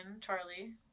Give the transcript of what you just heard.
Charlie